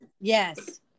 Yes